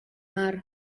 mar